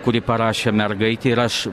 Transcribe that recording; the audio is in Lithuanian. kurį parašė mergaitė ir aš